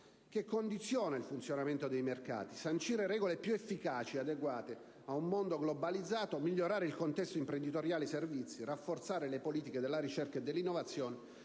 che condiziona il funzionamento dei mercati, sancire regole più efficaci ed adeguate ad un mondo globalizzato, migliorare il contesto imprenditoriale e i servizi, rafforzare le politiche della ricerca e dell'innovazione,